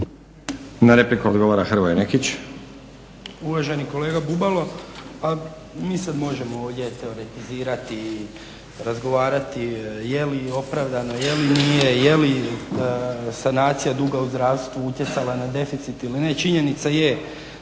Nekić. **Nekić, Hrvoje (SDP)** Uvaženi kolega Bubalo, pa mi sad možemo ovdje teoretizirati i razgovarati je li opravdano, je li nije, je li sanacija duga u zdravstvu utjecala na deficit ili ne. Činjenica je